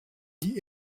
die